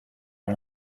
are